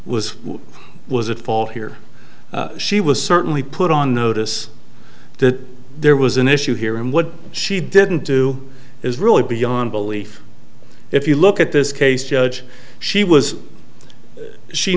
was was at fault here she was certainly put on notice that there was an issue here and what she didn't do is really beyond belief if you look at this case judge she was she